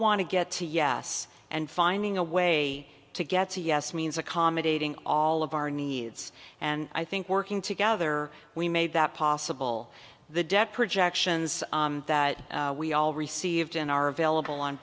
want to get to yes and finding a way to get to yes means accommodating all of our needs and i think working together we made that possible the debt projections that we all received and are available on